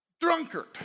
Drunkard